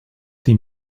die